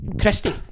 Christy